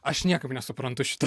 aš niekaip nesuprantu šito